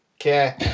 Okay